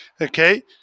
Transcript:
okay